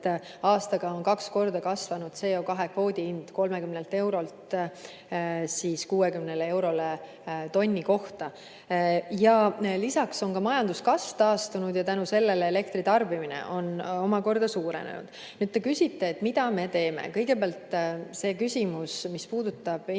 aastaga on kaks korda kasvanud CO2kvoodi hind: 30 eurolt 60 eurole tonni kohta. Lisaks on majanduskasv taastunud ja tänu sellele on elektritarbimine omakorda suurenenud. Te küsite, mida me teeme. Kõigepealt see küsimus, mis puudutab inimesi,